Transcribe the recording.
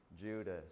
Judas